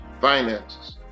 finances